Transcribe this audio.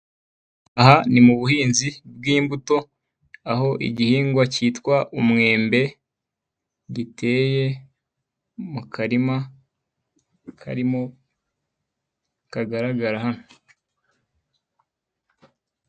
Aha ni mu buhinzi bw'imbuto, aho igihingwa kitwa umwembe giteye mu karima karimo kagaragara hano.